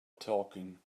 talking